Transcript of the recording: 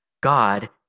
God